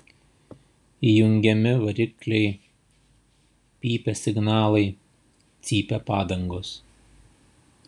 įjungiami varikliai pypia signalai cypia padangos